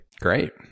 Great